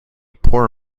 poor